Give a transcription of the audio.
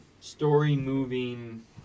story-moving